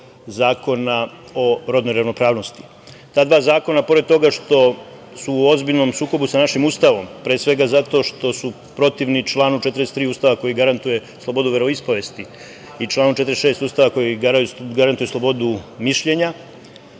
zakona o rodnoj ravnopravnosti. Ta dva zakona, pored toga što su u ozbiljnom sukobu sa našim Ustavom, pre svega zato što su protivni članu 43. Ustava koji garantuje slobodu veroispovesti i članu 46. Ustava koji garantuje slobodu mišljenja. Pre